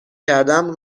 کردم